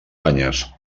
banyes